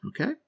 Okay